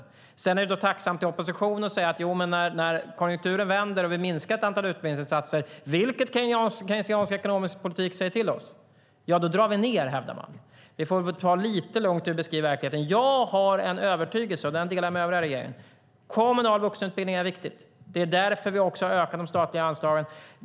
I opposition är det sedan tacksamt att hävda att vi drar ned när konjunkturen vänder och vi minskar antalet utbildningsinsatser, vilket keynesiansk ekonomisk politik säger till oss att göra. Vi får väl ta det lite lugnt i hur vi beskriver verkligheten. Jag har en övertygelse, och den delar jag med övriga regeringen, om att den kommunala vuxenutbildningen är viktig. Det är därför vi har ökat de statliga anslagen.